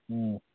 ꯎꯝ